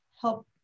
help